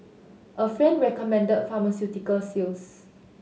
a friend recommended pharmaceutical sales